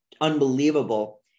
unbelievable